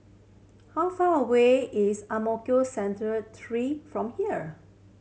how far away is Ang Mo Kio Central Three from here